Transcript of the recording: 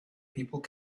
people